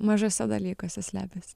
mažuose dalykuose slepiasi